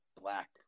black